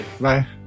Bye